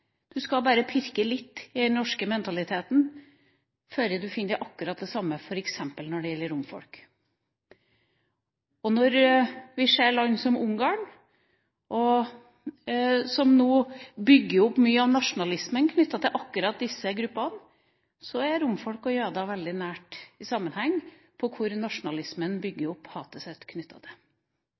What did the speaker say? Du skal bare pirke litt i den norske mentaliteten før du finner akkurat det samme når det gjelder f.eks. romfolket. Når vi ser på land som Ungarn, som nå bygger opp mye av nasjonalismen rundt akkurat disse gruppene, så ser vi at romfolk og jøder er veldig nær i sammenheng for hvordan nasjonalismen bygger opp